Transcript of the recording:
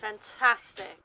fantastic